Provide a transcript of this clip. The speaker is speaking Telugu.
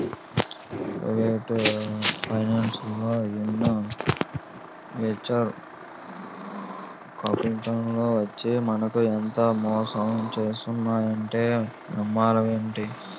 ప్రవేటు ఫైనాన్సల్లో ఎన్నో వెంచర్ కాపిటల్లు వచ్చి మనకు ఎంతో మేలు చేస్తున్నాయంటే నమ్మవేంటి?